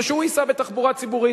ושהוא ייסע בתחבורה ציבורית,